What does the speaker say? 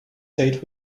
date